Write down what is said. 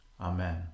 Amen